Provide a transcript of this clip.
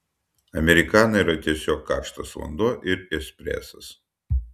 amerikana yra tiesiog karštas vanduo ir espresas